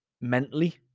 Mentally